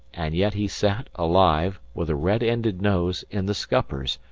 and yet he sat, alive, with a red-ended nose, in the scuppers,